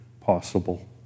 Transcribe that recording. possible